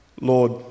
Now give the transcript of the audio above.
Lord